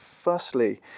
Firstly